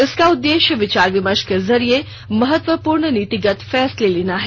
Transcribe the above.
इसका उद्देश्य विचार विमर्श के जरिये महत्वपूर्ण नीतिगत फैसले लेना है